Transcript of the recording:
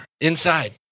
Inside